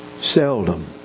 Seldom